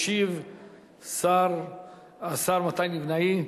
ישיב השר מתן וילנאי,